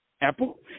Apple